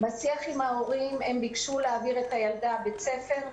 בשיח עם ההורים הם ביקשו להעביר את הילדה בית ספר.